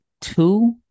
two